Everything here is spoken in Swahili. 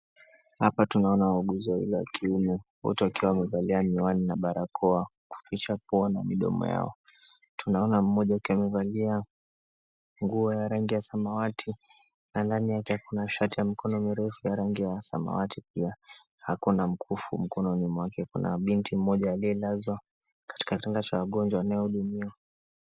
Hapa tunaona wauguzi wawili wa kiume wote wakiwa wamevalia miwani na barakoa kuficha pua na midomo yao. Tunaona mmoja akiwa amevalia nguo ya rangi ya samawati na ndani yake ako na shati ya mkono mrefu ya rangi ya samawati pia. Ako na mkufu mkononi mwake. Kuna binti mmoja aliyelazwa katika kitanda cha wagonjwa anayehudumiwa.